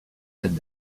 cette